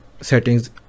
settings